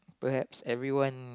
perhaps everyone